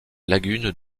lagune